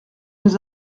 nous